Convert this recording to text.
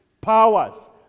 powers